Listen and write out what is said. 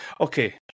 Okay